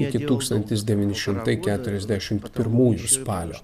iki tūkstantis devyni šimtai keturiasdešimt pirmųjų spalio